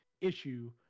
issue